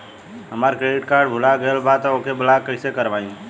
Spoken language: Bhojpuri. हमार क्रेडिट कार्ड भुला गएल बा त ओके ब्लॉक कइसे करवाई?